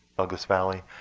douglass valley.